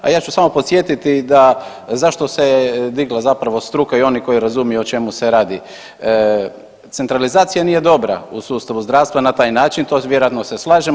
A ja ću samo podsjetiti da zašto se digla zapravo struka i oni koji razumiju o čemu se radi, centralizacija nije dobra u sustavu zdravstva na taj način, to vjerojatno se slažemo.